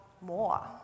more